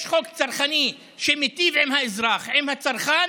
יש חוק צרכני שמיטיב עם האזרח, עם הצרכן,